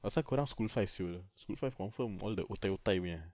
pasal kau orang school five [siol] school five confirm all the otai otai punya